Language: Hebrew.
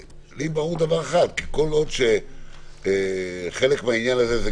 לי ברור שכל עוד חלק מהעניין הזה,